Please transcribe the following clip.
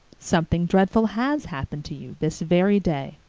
something dreadful has happened to you this very day.